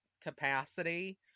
capacity